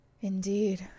indeed